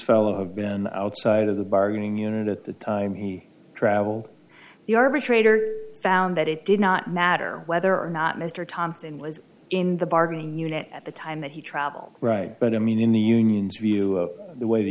fellow have been outside of the bargaining unit at the time he travel the arbitrator found that it did not matter whether or not mr thompson was in the bargaining unit at the time that he travelled right but i mean in the union's view of the way the